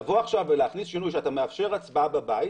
לבוא עכשיו ולהכניס שינוי שאתה מאפשר הצבעה בבית,